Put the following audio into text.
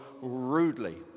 rudely